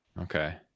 Okay